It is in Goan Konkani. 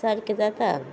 सारकें जाता